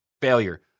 failure